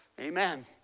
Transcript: Amen